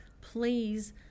please